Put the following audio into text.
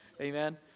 Amen